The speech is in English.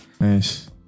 Nice